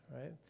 right